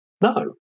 no